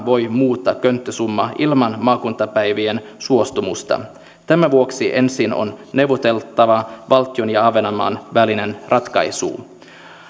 voi muuttaa könttäsummaa ilman maakuntapäivien suostumusta tämän vuoksi ensin on neuvoteltava valtion ja ahvenanmaan välinen ratkaisu